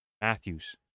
Matthews